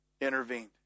intervened